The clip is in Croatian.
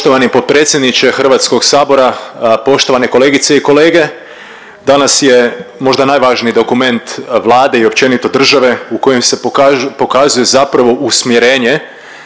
Poštovani potpredsjedniče Hrvatskog sabora, poštovane kolegice i kolege danas je možda najvažniji dokument Vlade i općenito države u kojem se pokazuje zapravo usmjerenje,